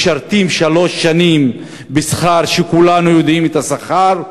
משרתים שלוש שנים בשכר ש, כולנו יודעים את השכר.